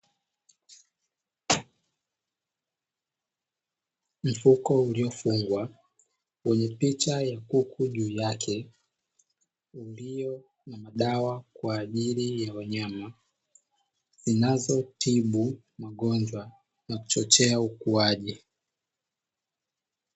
Mfuko uliofungwa wenye picha ya kuku juu yake ulio na madawa kwa ajili ya wanyama zinazotibu magonjwa na kuchochea ukuaji.